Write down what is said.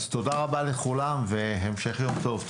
תודה רבה לכולם והמשך יום טוב.